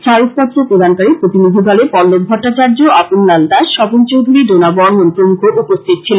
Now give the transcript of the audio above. স্মারক পত্র প্রদানকালে প্রতিনিধি দলে পল্লব ভট্টাচার্য্য আপন লাল দাস স্বপন চৌধুরী ডোনা বর্মন প্রমুখ উপস্থিত ছিলেন